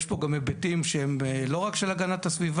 יש פה גם היבטים שלא רק של הגנת הסביבה,